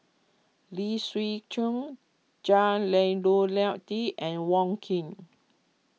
Lee Siew Choh Jah Lelawati and Wong Keen